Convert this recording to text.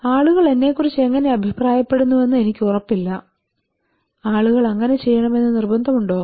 ആളുകൾ എന്നെക്കുറിച്ച് എങ്ങനെ അഭിപ്രായപ്പെടുന്നുവെന്ന് എനിക്ക് ഉറപ്പില്ല ആളുകൾ അങ്ങനെ ചെയ്യണം എന്ന് നിർബന്ധമുണ്ടോ